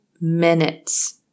minutes